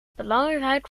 belangrijk